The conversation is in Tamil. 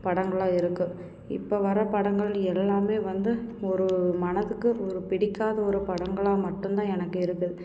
படங்களாக இருக்குது இப்போ வர படங்கள் எல்லாமே வந்து ஒரு மனதுக்கு ஒரு பிடிக்காத ஒரு படங்களாக மட்டும்தான் எனக்கு இருக்குது